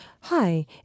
hi